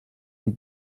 die